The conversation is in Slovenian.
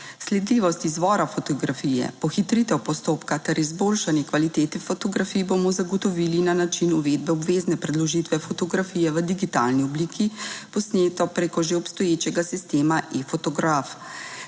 Sledljivost izvora fotografije, pohitritev postopka ter izboljšanje kvalitete fotografij bomo zagotovili na način uvedbe obvezne predložitve fotografije v digitalni obliki, posneto preko že obstoječega sistema eFotograf,